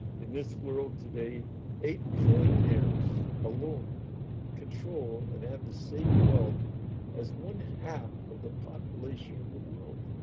in this world today eight trillion heirs alone control and have the same wealth as one half of the population of the world.